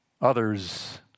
Others